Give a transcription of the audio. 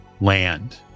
land